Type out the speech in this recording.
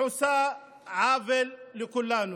גם להעמקת הכיבוש.